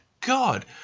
God